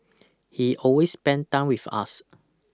he always spent time with us